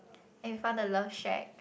and we found the love shack